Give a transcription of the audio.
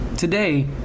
Today